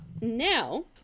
now